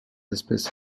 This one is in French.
espèce